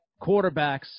quarterbacks